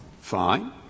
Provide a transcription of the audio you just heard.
fine